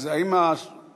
אז האם אתם,